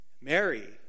Mary